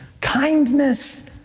kindness